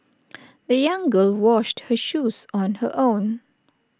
the young girl washed her shoes on her own